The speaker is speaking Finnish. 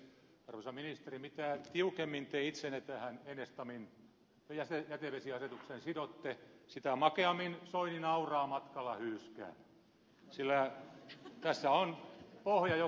arvoisa ministeri mitä tiukemmin te itsenne tähän enestamin jätevesiasetukseen sidotte sitä makeammin soini nauraa matkalla hyyskään sillä tässä on pohja joka ei pidä